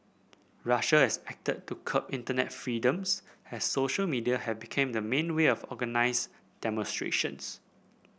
Russia has acted to curb internet freedoms as social media have became the main way of organise demonstrations